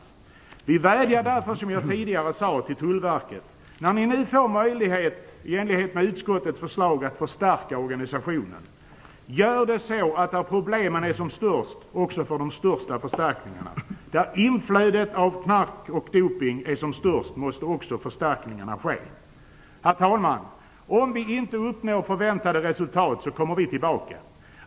Jag vädjar därför till Tullverket: När ni nu får möjlighet i enlighet med utskottets förslag att förstärka organisationen, gör det så att de områden där problemen med inflödet av narkotika och dopningsmedel är som störst också får de kraftigaste förstärkningarna. Herr talman! Om vi inte uppnår förväntade resultat kommer vi tillbaka.